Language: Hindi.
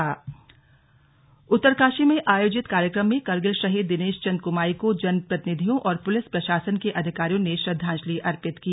स्लग विजय दिवस उत्तरकाशी टिहरी उत्तरकाशी में आयोजित कार्यक्रम में करगिल शहीद दिनेश चन्द कुमाई को जनप्रतिनिधियों और पुलिस प्रशासन के अधिकारियों ने श्रद्वांजलि अर्पित की